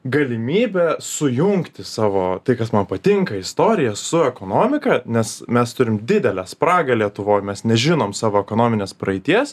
galimybę sujungti savo tai kas man patinka istoriją su ekonomika nes mes turim didelę spragą lietuvoj mes nežinom savo ekonominės praeities